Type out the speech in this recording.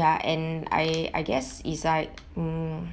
ya and I I guess is like mm